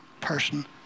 person